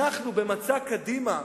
אנחנו, במצע קדימה,